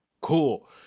cool